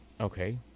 okay